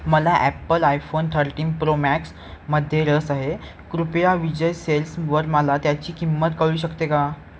मला Apple iPhone thirteen Pro Max मध्ये रस आहे कृपया विजय सेल्सवर मला त्याची किंमत कळू शकते का